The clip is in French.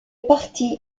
parti